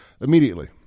immediately